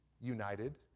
united